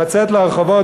לצאת לרחובות,